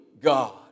God